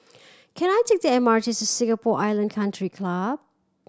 can I take the M R T to Singapore Island Country Club